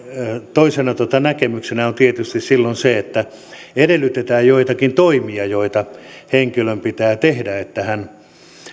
toisena näkemyksenä on tietysti silloin se että edellytetään joitakin toimia joita henkilön pitää tehdä että hän